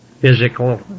physical